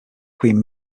queen